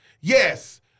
yes